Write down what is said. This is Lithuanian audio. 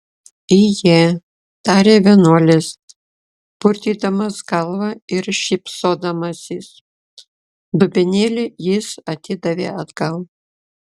ije tarė vienuolis purtydamas galva ir šypsodamasis dubenėlį jis atidavė atgal